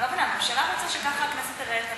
אני לא מבינה, הממשלה רוצה שככה הכנסת תיראה תמיד,